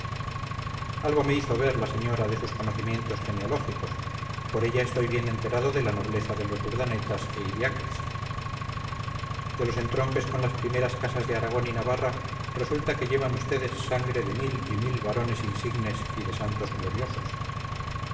algo me hizo ver la señora de sus conocimientos genealógicos por ella estoy bien enterado de la nobleza de los urdanetas e idiáquez de los entronques con las primeras casas de aragón y navarra resulta que llevan ustedes sangre de mil y mil varones insignes y de santos gloriosos